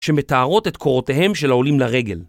שמתארות את קורותיהם של העולים לרגל.